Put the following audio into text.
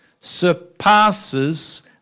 surpasses